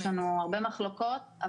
יש לנו הרבה מחלוקות,